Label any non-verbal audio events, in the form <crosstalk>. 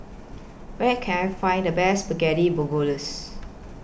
Where Can I Find The Best Spaghetti <unintelligible>